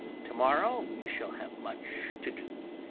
to-morrow we shall have much to do,